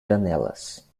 janelas